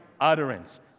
utterance